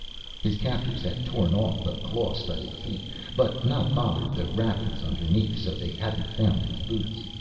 his captors had torn off the claw-studded feet but not bothered the wrappings underneath, so they hadn't found his boots.